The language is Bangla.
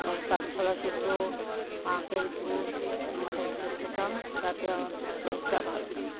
ওই কাঁচা ছোলা সিদ্ধ আখের গুড় মোটামুটি খেতাম যাতে আমার শরীরটা ভালো থাকে